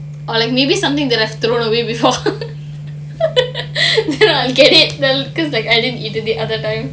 or like maybe something that I've thrown away before you get it because I didn't eat it the other time